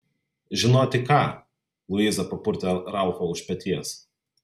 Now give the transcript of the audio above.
žinoti ką luiza papurtė ralfą už peties